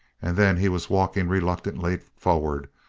and then he was walking reluctantly forward,